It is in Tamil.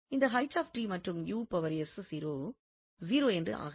இந்த மற்றும் 0 என்றாகாது